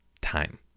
time